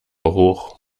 hoch